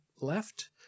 left